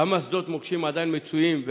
1. כמה שדות מוקשים עדיין מצויים?